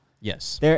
Yes